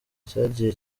cyagiye